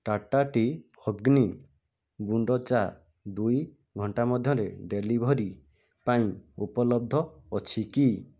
Tata tea Agni ଗୁଣ୍ଡ ଚା' ଦୁଇଘଣ୍ଟା ମଧ୍ୟରେ ଡେଲିଭରି ପାଇଁ ଉପଲବ୍ଧ ଅଛି କି